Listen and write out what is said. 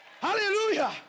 Hallelujah